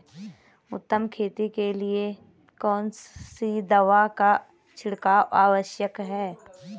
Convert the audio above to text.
उत्तम खेती के लिए कौन सी दवा का छिड़काव आवश्यक है?